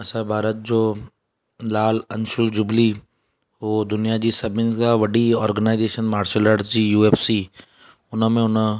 असां भारत जो लाल अंशुल जुबली उहो दुनिया जी सभिनि खां वॾी ऑर्गेनाइजेशन मार्शल आर्ट्स जी यू एफ सी हुन में हुन